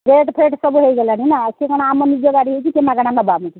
rate ଫେଟ୍ ସବୁ ହୋଇଗଲାଣି ନା ସେ କ'ଣ ଆମ ନିଜ ଗାଡ଼ି ହୋଇଛି ସେ ମାଗଣା ନେବ ଆମକୁ